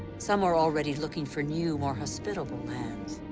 some are already looking for new, more hospitable lands.